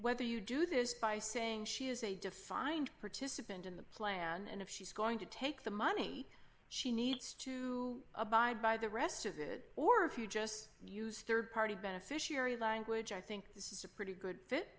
whether you do this by saying she is a defined participant in the plan and if she's going to take the money she needs to abide by the rest of it or if you just use rd party beneficiary language i think this is a pretty good fit